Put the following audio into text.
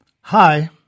hi